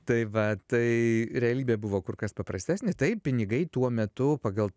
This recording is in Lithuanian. tai va tai realybė buvo kur kas paprastesnė taip pinigai tuo metu pagal